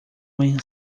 manhã